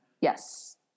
Yes